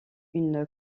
une